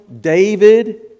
David